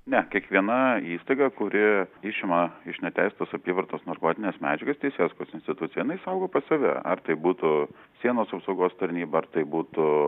ne kiekviena įstaiga kuri išima iš neteisėtos apyvartos narkotines medžiagas teisėsaugos institucijom jie saugo pas save ar tai būtų sienos apsaugos tarnyba ar tai būtų